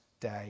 day